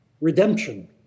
redemption